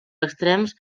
extrems